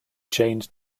chained